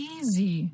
Easy